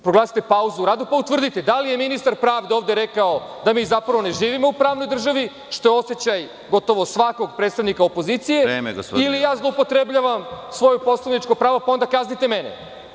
Proglasite pauzu u radu pa onda utvrdite da li je ministar pravde ovde rekao da mi zapravo ne živimo u pravnoj državi, što je osećaj gotovo svakog predstavnika opozicije, ili ja zloupotrebljavam svoje poslovničko pravo i onda kaznite mene.